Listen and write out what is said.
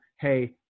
hey